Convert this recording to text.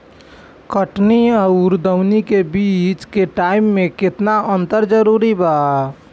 कटनी आउर दऊनी के बीच के टाइम मे केतना अंतर जरूरी बा?